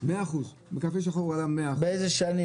יש איזה ממונה על המחירים באוצר, לא?